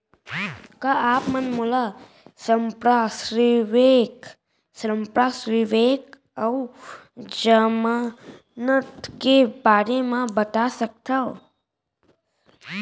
का आप मन मोला संपार्श्र्विक अऊ जमानत के बारे म बता सकथव?